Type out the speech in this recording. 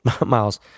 Miles